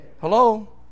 Hello